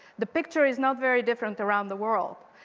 the picture is not very different around the world.